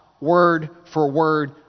word-for-word